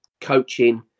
coaching